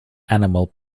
animal